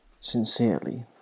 sincerely